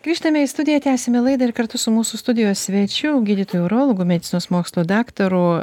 grįžtame į studiją tęsiame laidą ir kartu su mūsų studijos svečiu gydytoju urologu medicinos mokslų daktaru